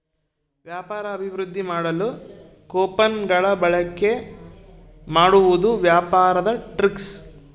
ವ್ಯಾಪಾರ ಅಭಿವೃದ್ದಿ ಮಾಡಲು ಕೊಪನ್ ಗಳ ಬಳಿಕೆ ಮಾಡುವುದು ವ್ಯಾಪಾರದ ಟ್ರಿಕ್ಸ್